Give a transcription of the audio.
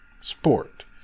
sport